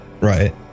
Right